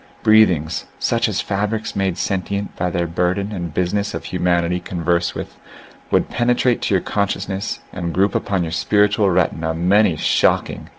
breath ings such as fabrics made sentient by their burden and business of humanity converse with would penetrate to your consciousness and group upon your spiritual retina many shocking,